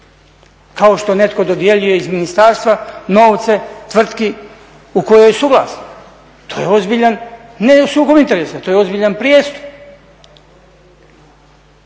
Kao što netko dodjeljuje iz ministarstva novce tvrtki u kojoj je suvlasnik. To je ozbiljan ne sukob interesa, to je ozbiljan prijestup.